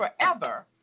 forever